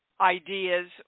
ideas